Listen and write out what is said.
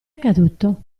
accaduto